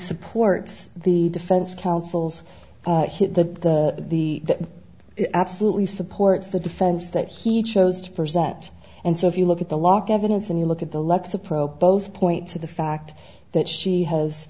supports the defense counsel's hit that the absolutely supports the defense that he chose to present and so if you look at the lock evidence and you look at the lexapro both point to the fact that she has